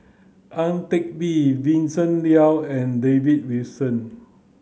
Ang Teck Bee Vincent Leow and David Wilson